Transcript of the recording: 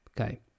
okay